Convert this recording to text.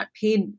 paid